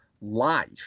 life